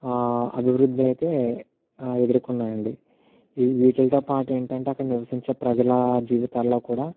అభివృద్ధి అయితే ఎదుర్కున్నాయండి వీటితోపాటు ఏంటంటే అక్కడ నివసించే ప్రజల జీవితాల్లో కూడా